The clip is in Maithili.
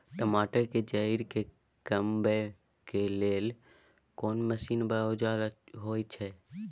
टमाटर के जईर के कमबै के लेल कोन मसीन व औजार होय छै?